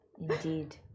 indeed